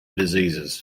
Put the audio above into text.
diseases